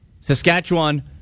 Saskatchewan